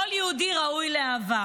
כל יהודי ראוי לאהבה.